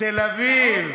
תל אביב.